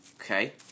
Okay